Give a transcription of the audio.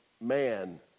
man